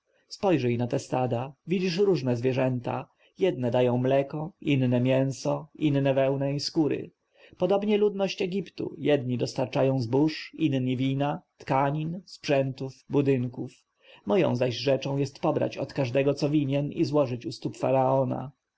spojrzyj na te stada widzisz różne zwierzęta jedne dają mleko inne mięso inne wełny i skóry podobnie ludność egiptu jedni dostarczają zbóż inni wina tkanin sprzętów budynków moją zaś rzeczą jest pobrać od każdego co winien i złożyć u stóp faraona